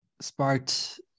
sparked